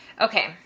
Okay